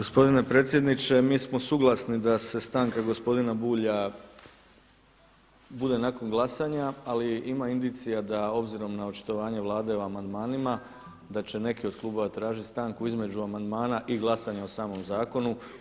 Gospodine predsjedniče, mi smo suglasni da se stanka gospodina Bulja bude nakon glasanja, ali ima indicija obzirom na očitovanje Vlade o amandmanima da će neki od klubova tražiti stanku između amandmana i glasanja o samom zakonu.